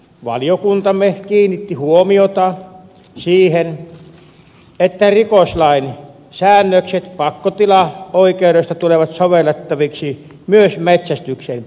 valiokuntamme kiinnitti huomiota siihen että rikoslain säännökset pakkotilaoikeudesta tulevat sovellettaviksi myös metsästyksen yhteydessä